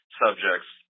subjects